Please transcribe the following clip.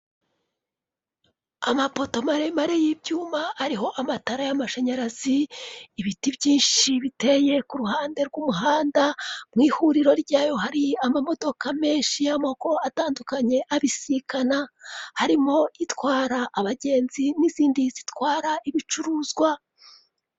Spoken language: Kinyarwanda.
Amapoto maremare y'ibyuma, ariho amatara y'amashanyarazi, ibiti byinshi biteye ku ruhande rw'umuhanda, mu ihuriro ryayo hari amamodoka menshi y'amoko atandukanye abisikana. Harimo itwara abagenzi n'izindi zitwara ibicuruzwa.